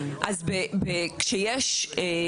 ומצמת שעונה על שאלות של אנשים בנוגע למסמכים קיימים בתוך משרד ממשלתי.